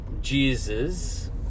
Jesus